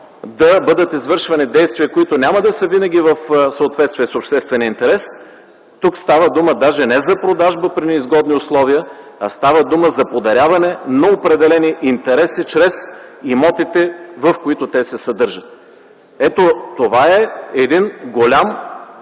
да бъдат извършвани действия, които няма да са винаги в съответствие с обществения интерес, тук става дума не за продажба при неизгодни условия, а за подаряване на определени интереси чрез имотите, в които те се съдържат. Ето това е един голям